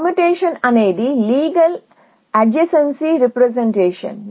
permutation అనేది legal agency రీ presentation